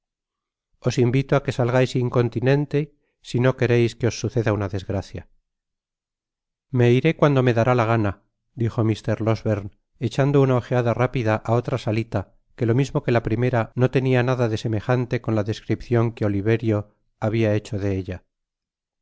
os invito á que salgais incontinenti si no quereis que os suceda una desgracia me iré cuando me dará la gana dijo mr losberne echando una ojeada rápida á otra salita que lo mismo que la primera no tenia nada de semejante con la descripcion que oliverio habia hecho de ella